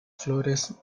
flores